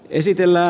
esitellä